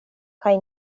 kaj